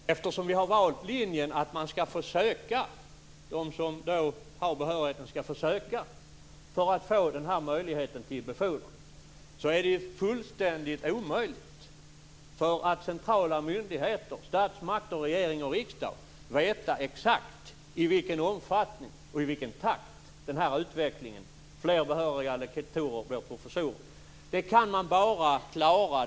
Fru talman! Eftersom vi har valt linjen att de som har behörigheten skall få söka för att få den här möjligheten till befordran, är det fullständigt omöjligt för centrala myndigheter - statsmakter, regering och riksdag - att veta exakt i vilken omfattning och i vilken takt den här utvecklingen med fler behöriga lektorer som blir professorer kommer att ske.